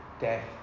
death